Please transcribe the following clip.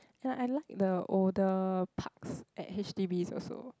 and I like the older parks at H_D_Bs also